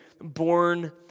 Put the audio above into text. born